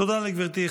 תודה לגברתי.